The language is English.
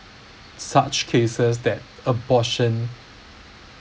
such cases that abortion